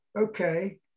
Okay